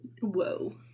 Whoa